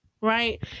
right